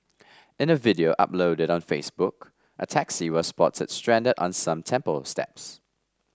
in a video uploaded on Facebook a taxi was spotted stranded on some temple steps